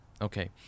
Okay